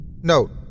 Note